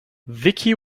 vicky